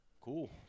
cool